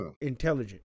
intelligent